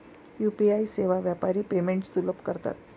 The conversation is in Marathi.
यू.पी.आई सेवा व्यापारी पेमेंट्स सुलभ करतात